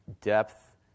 depth